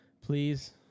please